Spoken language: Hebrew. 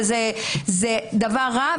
וזה דבר רע,